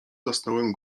zasnąłem